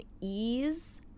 ease